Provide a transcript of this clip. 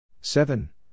Seven